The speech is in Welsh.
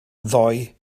ddoi